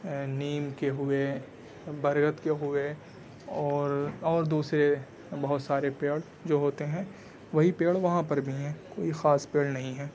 نیم کے ہوئے برگد کے ہوئے اور اور دوسرے بہت سارے پیڑ جو ہوتے ہیں وہی پیڑ وہاں پر بھی ہیں کوئی خاص پیڑ نہیں ہیں